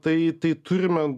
tai tai turime